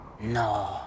No